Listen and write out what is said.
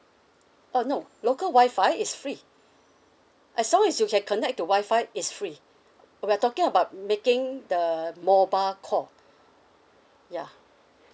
oh no local wi-fi is free as long is you can connect to wi-fi it's free we're talking about making the mobile call yeah